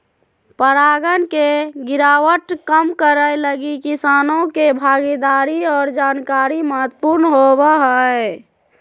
परागण के गिरावट कम करैय लगी किसानों के भागीदारी और जानकारी महत्वपूर्ण होबो हइ